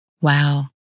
Wow